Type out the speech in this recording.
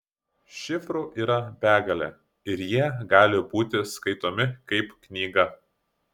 šifrų yra begalė ir jie gali būti skaitomi kaip knyga